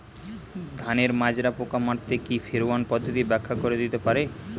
ধানের মাজরা পোকা মারতে কি ফেরোয়ান পদ্ধতি ব্যাখ্যা করে দিতে পারে?